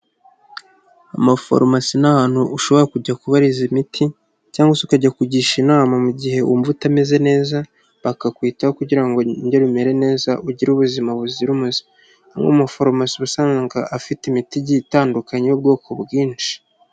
Ku mufarumasi ni ahantu ushobora kujya kubariza imiti, cyangwa se ukajya kugisha inama, mu gihe wumva utameze neza, bakakwitaho, kugira ngo umere neza, ugire ubuzima buzira umuze nk'umufarumasi, ubu usanga afite imiti igiye itandukanye y'ubwoko bwinshi.